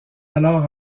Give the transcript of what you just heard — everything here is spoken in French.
alors